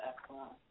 excellent